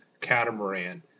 catamaran